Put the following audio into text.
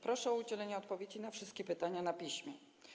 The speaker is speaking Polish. Proszę o udzielenie odpowiedzi na wszystkie pytania na piśmie.